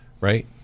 right